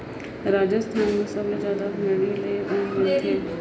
राजिस्थान म सबले जादा भेड़ी ले ऊन मिलथे